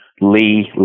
Lee